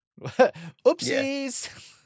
Oopsies